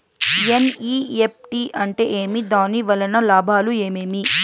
NEFT అంటే ఏమి? దాని వలన లాభాలు ఏమేమి